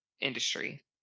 industry